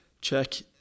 check